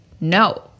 no